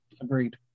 Agreed